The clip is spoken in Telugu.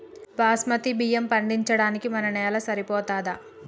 బాస్మతి బియ్యం పండించడానికి మన నేల సరిపోతదా?